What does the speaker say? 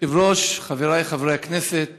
אדוני היושב-ראש, חבריי חברי הכנסת